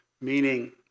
Meaning